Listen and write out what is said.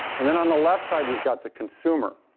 and, then on the left side, you've got the consumer.